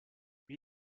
wie